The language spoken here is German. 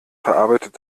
verarbeitet